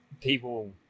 people